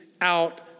out